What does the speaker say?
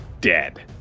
dead